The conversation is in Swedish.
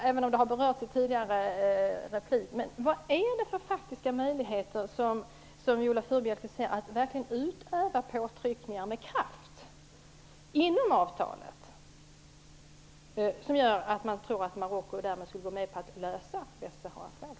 Även om det har berörts här tidigare, vill jag fråga Viola Furubjelke: Vilka faktiska möjligheter ser Viola Furubjelke att man har för att inom avtalet med kraft utöva sådana påtryckningar att man tror att Marocko därigenom skulle gå med på att lösa Västsaharafrågan?